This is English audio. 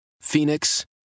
Phoenix